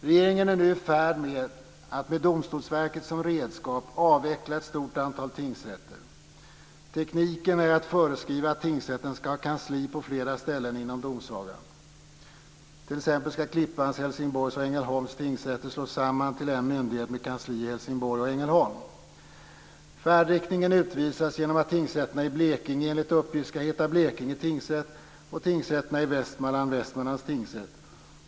Regeringen är nu i färd med att med Domstolsverket som redskap avveckla ett stort antal tingsrätter. Tekniken är att föreskriva att tingsrätten ska ha kansli på flera ställen inom domsagan. T.ex. ska Klippans, Helsingborgs och Ängelholms tingsrätter slås samman till en myndighet med kansli i Helsingborg och Ängelholm. Färdriktningen utvisas genom att tingsrätterna i Blekinge enligt uppgift ska heta Västmanlands tingsrätt.